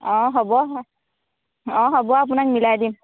অ' হ'ব অঁ হ'ব আপোনাক মিলাই দিম